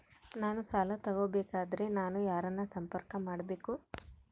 ನಾನು ಸಾಲ ತಗೋಬೇಕಾದರೆ ನಾನು ಯಾರನ್ನು ಸಂಪರ್ಕ ಮಾಡಬೇಕು?